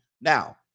Now